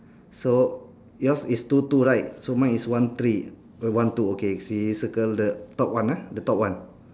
so yours is two two right so mine is one three one two okay so you circle the top one ah the top one